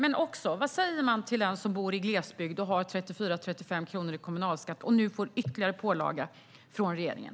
Men återigen: Vad säger man till någon som bor i glesbygd, som har 34-35 kronor i kommunalskatt och nu får ytterligare pålagor från regeringen?